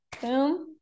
boom